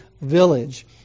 village